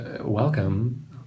welcome